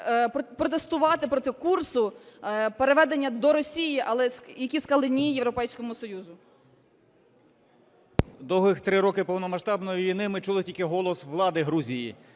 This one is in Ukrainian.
протестувати проти курсу переведення до Росії, але які сказали ні Європейському Союзу. 13:19:18 В’ЯТРОВИЧ В.М. Довгих три роки повномасштабної війни ми чули тільки голос влади Грузії,